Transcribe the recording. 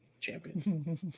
champion